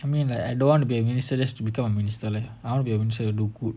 I mean like I don't want to be a minister just to become a minister leh I wanna be a minister to look good